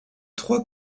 trois